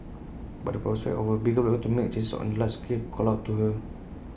but the prospect of A bigger platform to make changes on A larger scale called out to her